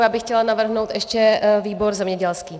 Já bych chtěla navrhnout ještě výbor zemědělský.